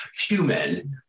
human